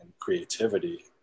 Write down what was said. creativity